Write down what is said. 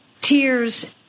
tears